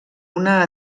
una